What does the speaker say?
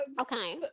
Okay